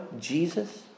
Jesus